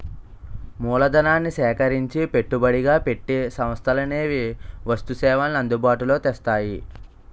మూలధనాన్ని సేకరించి పెట్టుబడిగా పెట్టి సంస్థలనేవి వస్తు సేవల్ని అందుబాటులో తెస్తాయి